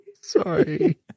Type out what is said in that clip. Sorry